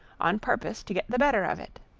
on purpose to get the better of it.